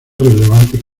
relevantes